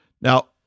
Now